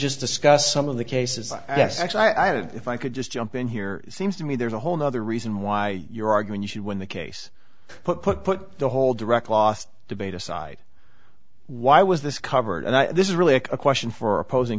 just discuss some of the cases i actually i have if i could just jump in here seems to me there's a whole nother reason why you're arguing you should win the case put put put the whole direct last debate aside why was this covered and this is really a question for opposing